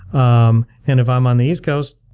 um and if i'm on the east coast,